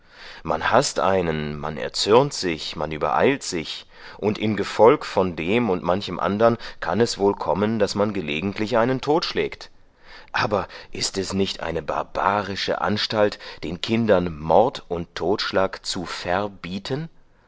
man haßt einen man erzürnt sich man übereilt sich und in gefolg von dem und manchem andern kann es wohl kommen daß man gelegentlich einen totschlägt aber ist es nicht eine barbarische anstalt den kindern mord und totschlag zu verbieten